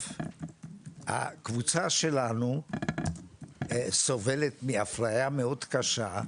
הקבוצה שלנו סובלת מאפליה מאוד קשה,